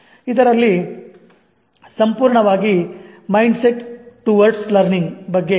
ಇದರಲ್ಲಿ ಸಂಪೂರ್ಣವಾಗಿ "mindset towards learning" ಬಗ್ಗೆ ಇದೆ